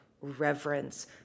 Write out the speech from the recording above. reverence